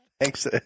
Thanks